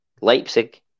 Leipzig